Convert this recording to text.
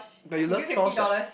but you love chores [what]